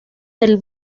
del